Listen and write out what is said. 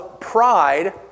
pride